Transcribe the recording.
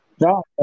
No